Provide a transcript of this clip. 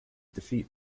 defeat